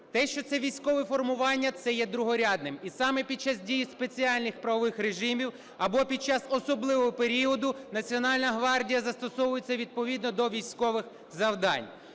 Те, що це військове формування, – це є другорядним. І саме під час дії спеціальних правових режимів або під час особливого періоду Національна гвардія застосовується відповідно до військових завдань.